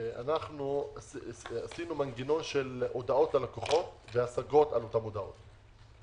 אנחנו עשינו מנגנון של הודעות ללקוחות והסגות על אותן הודעות.